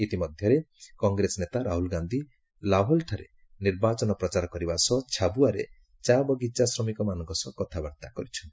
ଇତିମଧ୍ୟରେ କଂଗ୍ରେସ ନେତା ରାହୁଲ ଗାନ୍ଧୀ ଲାହୋଲ ଠାରେ ନିର୍ବାଚନ ପ୍ରଚାର କରିବା ସହ ଛାବୁଆରେ ଚା ବଗିଚା ଶ୍ରମିକମାନଙ୍କ ସହ କଥାବାର୍ତ୍ତା କରିଛନ୍ତି